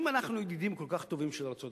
אם אנחנו ידידים כל כך טובים של ארצות-הברית,